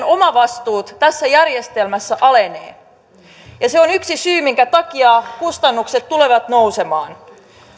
omavastuut tässä järjestelmässä alenevat ja se on yksi syy minkä takia kustannukset tulevat nousemaan